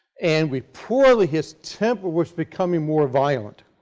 and reportedly his temper was becoming more violent.